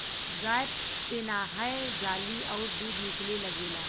गाय पेनाहय जाली अउर दूध निकले लगेला